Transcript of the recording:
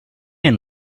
and